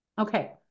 Okay